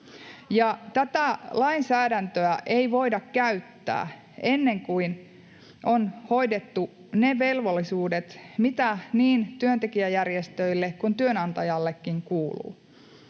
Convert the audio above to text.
Tätä lainsäädäntöä ei voida käyttää ennen kuin on hoidettu ne velvollisuudet, mitä niin työntekijäjärjestöille kun työnantajallekin kuuluu.